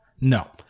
No